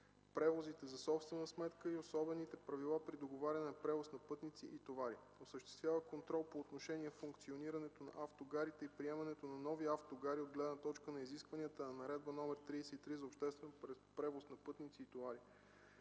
превозите за собствена сметка и особените правила при договаряне на превоз на пътници и товари. Осъществява контрол по отношение функционирането на автогарите и приемането на нови автогари от гледна точка изискванията на Наредба № 33 за обществен превоз на пътници и товари.